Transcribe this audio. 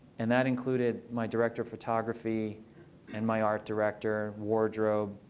and that included my director of photography and my art director, wardrobe.